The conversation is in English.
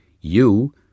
You